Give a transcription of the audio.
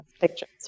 pictures